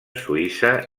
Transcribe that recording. suïssa